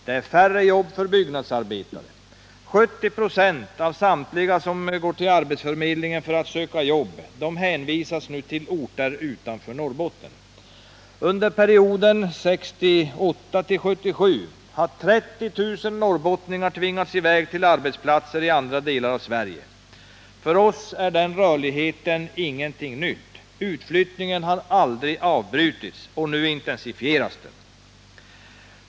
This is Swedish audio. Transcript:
Det är färre jobb för byggnadsarbetare. 70 96 av samtliga som går till arbetsförmedlingen för att söka jobb hänvisas nu till orter utanför Norrbotten. Under perioden 1968-1977 har 30 000 norrbottningar tvingats i väg till arbetsplatser i andra delar av Sverige. För oss är den rörligheten ingenting nytt. Utflyttningen har aldrig avbrutits. Nu intensifieras den.